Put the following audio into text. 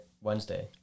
wednesday